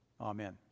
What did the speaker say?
Amen